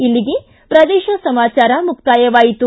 ಇಲ್ಲಿಗೆ ಪ್ರದೇಶ ಸಮಾಚಾರ ಮುಕ್ತಾಯವಾಯಿತು